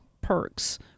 perks